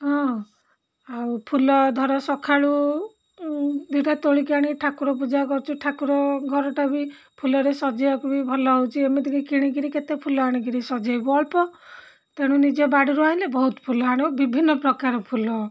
ହଁ ଆଉ ଫୁଲ ଧର ସଖାଳୁ ଦୁଇଟା ତୋଳିକି ଆଣି ଠାକୁର ପୂଜା କରୁଛୁ ଠାକୁର ଘରଟା ବି ଫୁଲରେ ସଜେଇବାକୁ ବି ଭଲ ହେଉଛି ଏମିତିକି କିଣିକରି କେତେ ଫୁଲ ଆଣିକରି ସଜେଇବୁ ଅଳ୍ପ ତେଣୁ ନିଜ ବାଡ଼ିରୁ ଆଣିଲେ ବହୁତ ଫୁଲ ଆଣିବ ବିଭିନ୍ନ ପ୍ରକାର ଫୁଲ